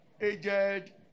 aged